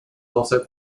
also